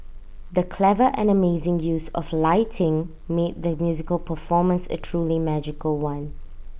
the clever and amazing use of lighting made the musical performance A truly magical one